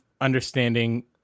understanding